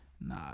nah